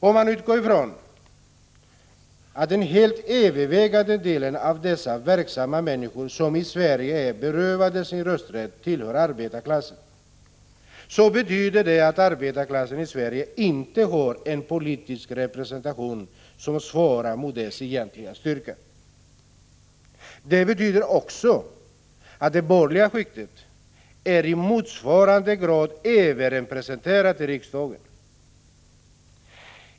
Om man utgår ifrån att den helt övervägande delen av dessa verksamma människor, som i Sverige är berövade sin rösträtt, tillhör arbetarklassen, så betyder det att arbetarklassen i Sverige inte har en politisk representation som svarar mot dess egentliga styrka. Det betyder också att det borgerliga skiktet är i motsvarande grad överrepresenterat i riksdagen.